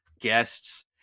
guests